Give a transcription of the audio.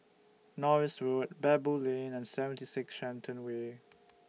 Norris Road Baboo Lane and seventy six Shenton Way